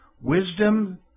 Wisdom